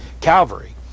Calvary